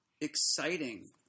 Exciting